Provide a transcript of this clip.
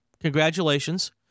Congratulations